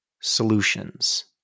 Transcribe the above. solutions